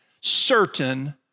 certain